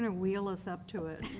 and wheel us up to it